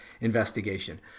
investigation